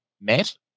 met